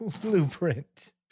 blueprint